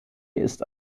ist